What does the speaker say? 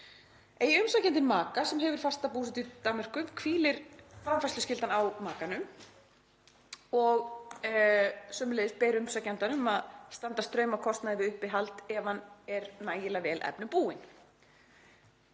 Eigi umsækjandi maka sem hefur fasta búsetu í Danmörku hvílir framfærsluskyldan á makanum og sömuleiðis ber umsækjanda að standa straum af kostnaði við uppihald ef hann er nægilega vel efnum búinn.